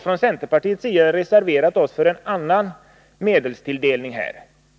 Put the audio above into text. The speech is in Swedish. Från centerpartiets sida har vi reserverat oss för en annan medelstilldelning.